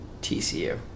TCU